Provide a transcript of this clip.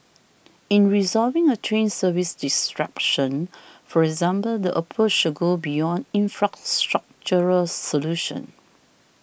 in resolving a train service disruption for example the approach should go beyond infrastructural solutions